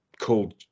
called